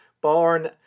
born